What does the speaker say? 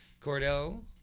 Cordell